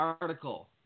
article